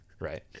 right